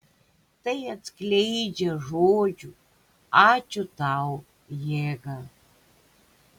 tai atskleidžia žodžių ačiū tau jėgą